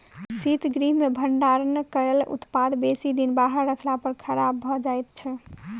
शीतगृह मे भंडारण कयल उत्पाद बेसी दिन बाहर रखला पर खराब भ जाइत छै